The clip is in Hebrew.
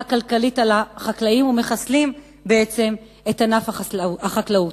כלכלית על החקלאים ומחסלים בעצם את ענף החקלאות.